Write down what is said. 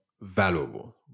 valuable